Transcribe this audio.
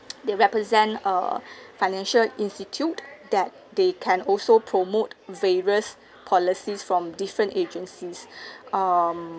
they represent err financial institute that they can also promote various policies from different agencies um